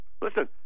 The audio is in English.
Listen